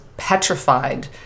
Petrified